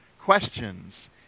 questions